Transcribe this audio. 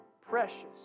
precious